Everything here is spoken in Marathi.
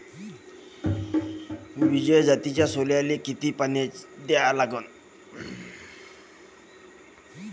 विजय जातीच्या सोल्याले किती पानी द्या लागन?